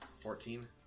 Fourteen